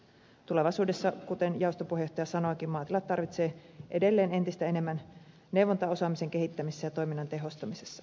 tulevaisuudessa kuten jaoston puheenjohtaja sanoikin maatilat tarvitsevat edelleen entistä enemmän neuvontaa osaamisen kehittämisessä ja toiminnan tehostamisessa